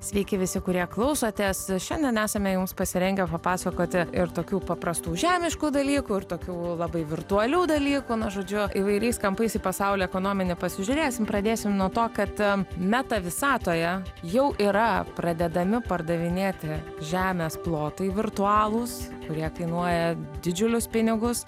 sveiki visi kurie klausotės šiandien esame jums pasirengę papasakoti ir tokių paprastų žemiškų dalykų ir tokių labai virtualių dalykų nu žodžiu įvairiais kampais į pasaulio ekonominę pasižiūrėsim pradėsim nuo to kad meta visatoje jau yra pradedami pardavinėti žemės plotai virtualūs kurie kainuoja didžiulius pinigus